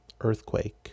earthquake